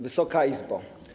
Wysoka Izbo!